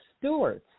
stewards